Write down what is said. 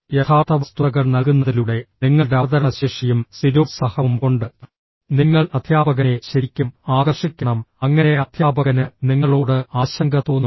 യഥാർത്ഥ വസ്തുതകൾ നൽകുന്നതിലൂടെ നിങ്ങളുടെ അവതരണശേഷിയും സ്ഥിരോത്സാഹവും കൊണ്ട് നിങ്ങൾ അധ്യാപകനെ ശരിക്കും ആകർഷിക്കണം അങ്ങനെ അധ്യാപകന് നിങ്ങളോട് ആശങ്ക തോന്നും